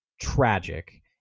tragic